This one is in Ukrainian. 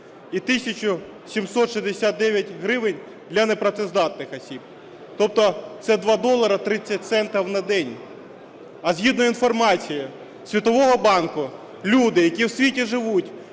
769 гривень для непрацездатних осіб, тобто це 2 долара 30 центів на день. А згідно інформації Світового банку, люди, які у світі живуть